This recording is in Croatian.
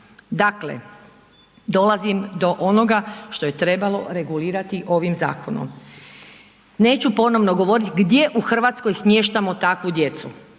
Dakle, dolazim do onoga što je trebalo regulirati ovim zakonom. Neću ponovno govoriti gdje u RH smještamo takvu djecu.